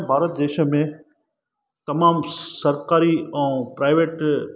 भारत देश में तमामु सरकारी ऐं प्राइवेट